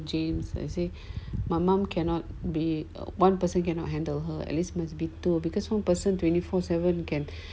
james I say my mum cannot be a one person cannot handle her at least must be two because one person twenty four seven can